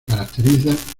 caracterizan